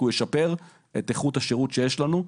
כי הוא ישפר את איכות השירות שיש לנו.